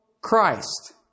Christ